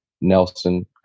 Nelson